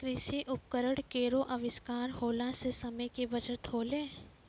कृषि उपकरण केरो आविष्कार होला सें समय के बचत होलै